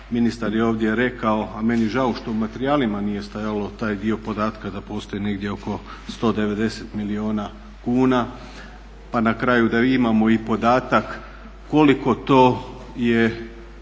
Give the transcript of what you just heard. ministar je ovdje rekao a meni žao što u materijalima nije stajao taj dio podatka da postoji negdje oko 190 milijuna kuna pa na kraju da imamo i podatak koliko to je